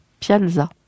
piazza